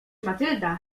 matylda